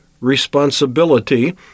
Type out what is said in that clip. responsibility